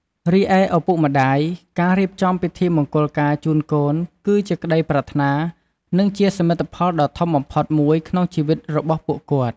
រីឯ ឪពុកម្តាយ ការរៀបចំពិធីមង្គលការជូនកូន គឺជាក្តីប្រាថ្នា និងជាសមិទ្ធផលដ៏ធំបំផុតមួយក្នុងជីវិតរបស់ពួកគាត់។